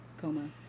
coma